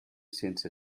sense